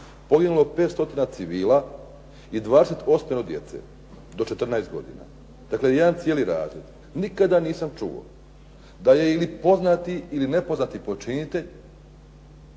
poginulo 500 civila i 28 djece do 14 godina. Dakle, jedan cijeli razred. Nikada nisam čuo da je poznati ili nepoznati počinitelj